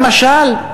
למשל?